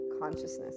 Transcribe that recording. consciousness